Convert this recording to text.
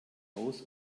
aus